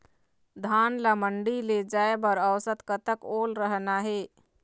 धान ला मंडी ले जाय बर औसत कतक ओल रहना हे?